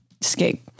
escape